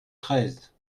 treize